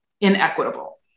inequitable